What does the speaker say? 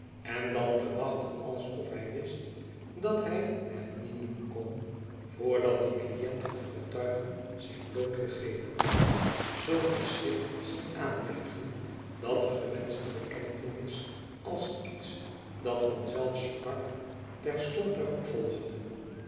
en dan te wachten alsof hij wist dat hij het niet doen kon voordat die client of getuige zich blootgegeven had zulk een schrik zien aanjagen dat de gewenschte bekentenis als iets dat van zelf sprak terstond daarop volgde